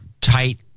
tight